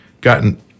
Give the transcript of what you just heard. gotten